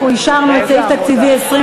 אנחנו אישרנו את סעיף תקציבי 23,